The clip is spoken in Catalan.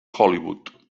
hollywood